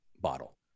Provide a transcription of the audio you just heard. bottle